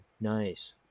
Nice